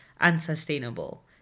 unsustainable